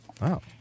Wow